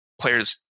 players